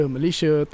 Malaysia